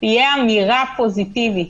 תהיה אמירה פוזיטיבית.